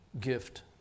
gift